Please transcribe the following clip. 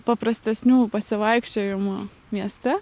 paprastesnių pasivaikščiojimų mieste